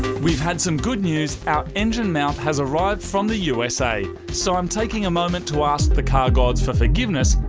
we've had some good news. our engine mount has arrived from the usa. so i'm taking a moment to ask the car gods for forgiveness.